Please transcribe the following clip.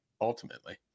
ultimately